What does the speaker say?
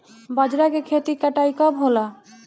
बजरा के खेती के कटाई कब होला?